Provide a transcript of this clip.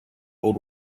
old